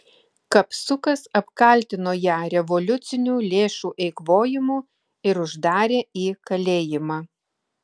kapsukas apkaltino ją revoliucinių lėšų eikvojimu ir uždarė į kalėjimą